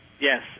Yes